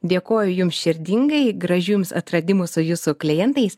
dėkoju jums širdingai gražių jums atradimų su jūsų klientais